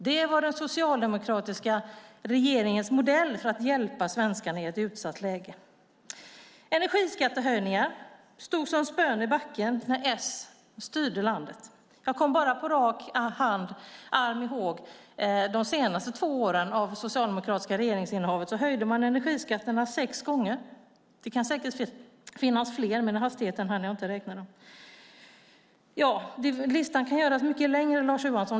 Det var den socialdemokratiska regeringens modell för att hjälpa svenskarna i ett utsatt läge. Energiskattehöjningar stod som spön i backen när Socialdemokraterna styrde landet. Jag kom bara på rak arm ihåg att man de senaste två åren av det socialdemokratiska regeringsinnehavet höjde energiskatterna sex gånger. Det kan säkert vara fler, men i hastigheten hann jag inte räkna dem. Listan kan göras mycket längre, Lars Johansson.